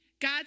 God